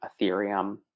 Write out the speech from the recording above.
Ethereum